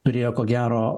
turėjo ko gero